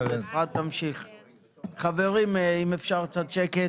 אדוני היושב-ראש, מגלגלים זכות בידי זכאי.